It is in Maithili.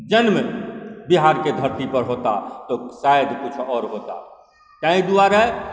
जन्म बिहारकी धरती पर होता तो शायद कुछ और होता ताहि दुआरे